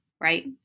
right